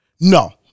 No